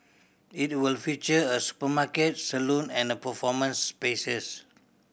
it will feature a supermarket salon and performance spaces